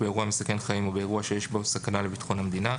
באירוע המסכן חיים או באירוע שיש בו סכנה לביטחון המדינה.